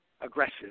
aggressive